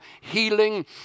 healing